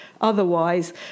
otherwise